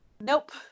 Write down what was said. nope